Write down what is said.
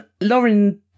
Lauren